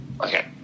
okay